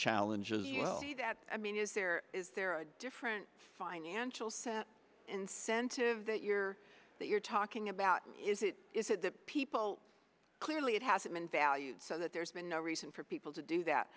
challenge is that i mean is there is there a different financial set incentive that you're that you're talking about is it that people clearly it hasn't been valued so that there's been no reason for people to do that